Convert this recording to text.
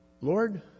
Lord